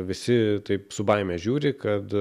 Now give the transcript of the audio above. visi taip su baime žiūri kad